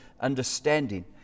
understanding